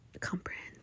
comprehend